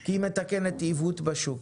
כי היא מתקנת עיוות בשוק.